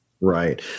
Right